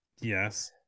yes